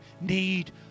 need